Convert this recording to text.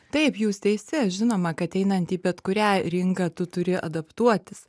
taip jūs teisi žinoma kad einantį į bet kurią rinką tu turi adaptuotis